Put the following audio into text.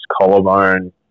collarbone